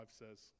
says